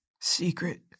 secret